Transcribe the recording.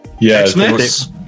Yes